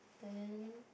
and